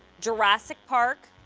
jurassic park,